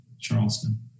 Charleston